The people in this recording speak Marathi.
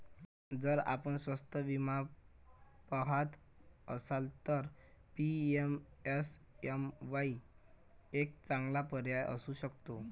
जर आपण स्वस्त विमा पहात असाल तर पी.एम.एस.एम.वाई एक चांगला पर्याय असू शकतो